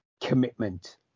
Commitment